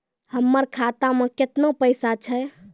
हमर खाता मैं केतना पैसा छह?